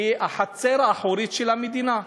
היא החצר האחורית של המדינה.